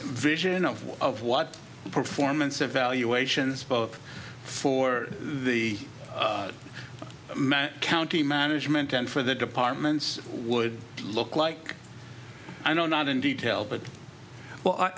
vision of what of what performance evaluations both for the county management and for the departments would look like i know not in detail but well i